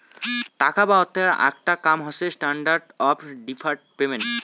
টাকা বা অর্থের আকটা কাম হসে স্ট্যান্ডার্ড অফ ডেফার্ড পেমেন্ট